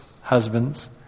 husbands